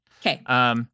Okay